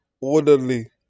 orderly